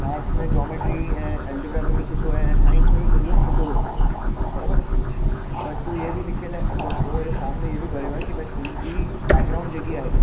maths में जॉमेट्रीअ ऐं एलजेब्रा में बि सुठो आहीं ऐं साइंस में बि तुंहिंजो सुठो हो स्कोर बरोबर बट तूं हीउ बि लिखियलु आहे तो हीउ फोर्म में हीउ बि भरियो आहे की भई तुंहिंजी बैगराऊंड जेकी आहे